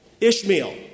Ishmael